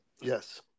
Yes